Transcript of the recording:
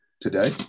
today